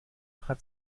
hat